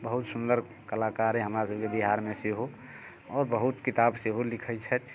बहुत सुन्दर कलाकार अइ हमरा सबके बिहारमे सेहो आओर बहुत किताब सेहो लिखै छथि